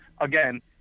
Again